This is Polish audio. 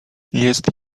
jest